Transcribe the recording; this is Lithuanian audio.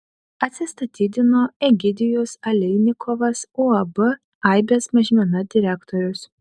atsistatydino egidijus aleinikovas uab aibės mažmena direktorius